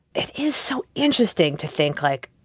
it is so interesting to think, like,